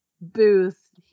booth